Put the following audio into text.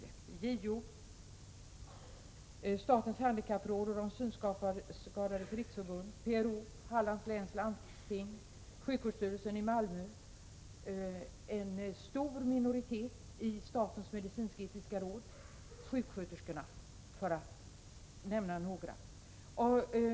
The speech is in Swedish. Det gäller JO, statens handikappråd, Synskadades riksförbund, PRO, Hallands läns landsting, sjukvårdsstyrelsen i Malmö, en stor minoritet i statens medicinsk-etiska råd, sjuksköterskorna — för att nämna några.